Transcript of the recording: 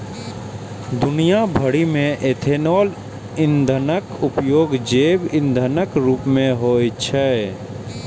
दुनिया भरि मे इथेनॉल ईंधनक उपयोग जैव ईंधनक रूप मे होइ छै